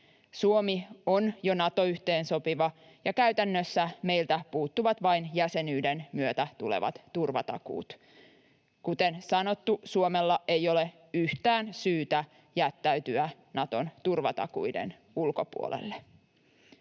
Suomi on jo Nato-yhteensopiva ja käytännössä meiltä puuttuvat vain jäsenyyden myötä tulevat turvatakuut. Kuten sanottu, Suomella ei ole yhtään syytä jättäytyä Naton turvatakuiden ulkopuolelle.